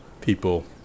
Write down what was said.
people